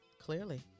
Clearly